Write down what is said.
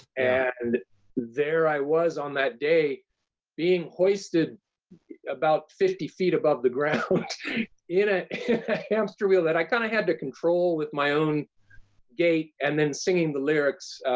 and there i was on that day being hoisted about fifty feet above the ground in a hamster wheel that i kind of had to control with my own gait and then singing the lyrics,